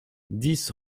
dix